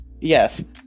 yes